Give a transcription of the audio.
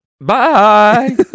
Bye